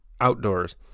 outdoors